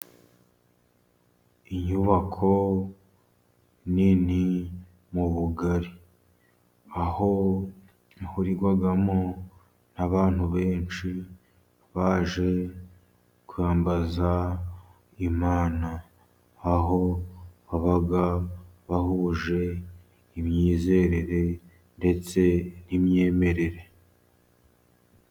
Inyubako nini mu bugari. Aho yahurirwagamo n'abantu benshi baje kwambaza Imana. Aho babaga bahuje imyizerere ndetse n'imyemerere.